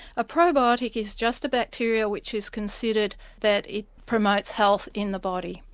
a probiotic is just a bacteria which is considered that it promotes health in the body.